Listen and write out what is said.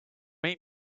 main